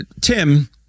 Tim